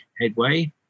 headway